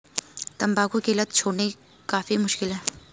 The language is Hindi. तंबाकू की लत छोड़नी काफी मुश्किल है